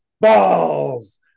balls